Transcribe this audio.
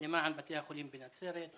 למען בתי החולים בנצרת.